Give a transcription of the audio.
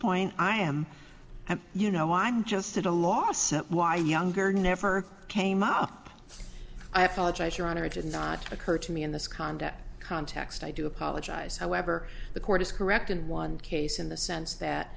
point i am and you know i'm just at a loss why younger never came up i apologize your honor did not occur to me in this conduct context i do apologize however the court is correct in one case in the sense that